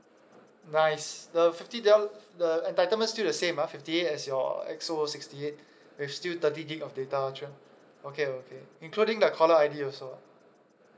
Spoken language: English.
nice the fifty the entitlement still the same ah fifty eight as your X_O sixty eight with still thirty gig of data okay okay including the caller I_D also ah